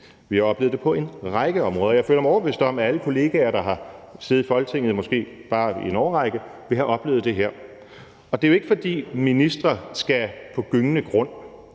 Vi har oplevet det på en række områder, og jeg føler mig overbevist om, at alle kollegaer, der har siddet i Folketinget, måske bare en årrække, vil have oplevet det her. Og det er jo ikke, fordi ministre skal på gyngende grund,